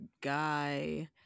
guy